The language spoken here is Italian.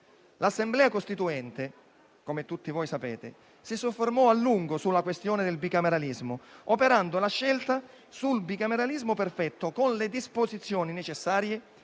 L'Assemblea costituente, come tutti sapete, si soffermò a lungo sulla questione del bicameralismo, operando la scelta di quello perfetto, con le disposizioni necessarie